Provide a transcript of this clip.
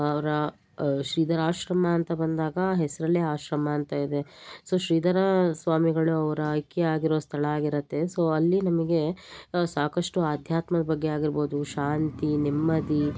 ಅವರ ಶ್ರೀಧರಾಶ್ರಮ ಅಂತ ಬಂದಾಗ ಹೆಸರಲ್ಲೇ ಆಶ್ರಮ ಅಂತ ಇದೆ ಸೊ ಶ್ರೀಧರ ಸ್ವಾಮಿಗಳು ಅವ್ರು ಐಕ್ಯ ಆಗಿರುವ ಸ್ಥಳ ಆಗಿರುತ್ತೆ ಸೊ ಅಲ್ಲಿ ನಿಮಗೆ ಸಾಕಷ್ಟು ಆಧ್ಯಾತ್ಮದ ಬಗ್ಗೆ ಆಗಿರ್ಬೋದು ಶಾಂತಿ ನೆಮ್ಮದಿ